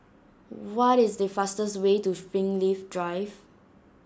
what is the fastest way to Springleaf Drive